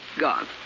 Gone